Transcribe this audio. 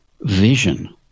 vision